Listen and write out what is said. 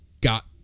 got